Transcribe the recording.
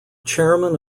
chairman